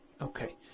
Okay